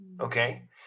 Okay